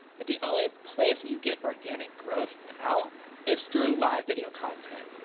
but the only place that you get organic growth now is through live video content,